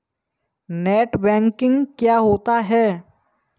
Net banking क्या होता है?